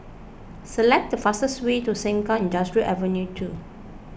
select the fastest way to Sengkang Industrial Avenue two